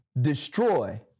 destroy